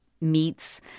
meats